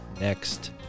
next